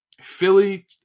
Philly